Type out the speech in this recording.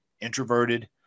introverted